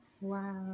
Wow